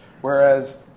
Whereas